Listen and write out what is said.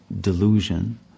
delusion